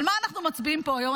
על מה אנחנו מצביעים פה היום?